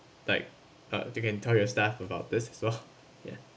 like uh they can tell your staff about this as well yeah